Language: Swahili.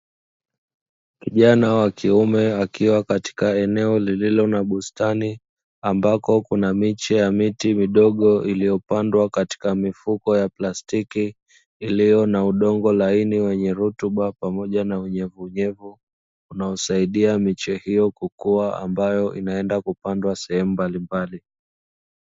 Kijana wa kiume akiwa katika eneo lililo na bustani ambako kuna miche ya miti midogo iliyopandwa katika mifuko ya plastiki, iliyo na udongo laini wenye rutuba pamoja na unyevunyevu unaosaidia miche hiyo kukuwa ambayo inaenda kupandwa sehemu mbalimbali.